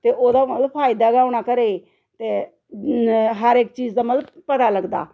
ते ओह्दा मतलब फायदा गै होना घरें गी ते हर एक चीज़ दा मतलब पता लगदा